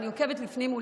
אני עוקבת לפניי ולפנים,